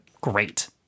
great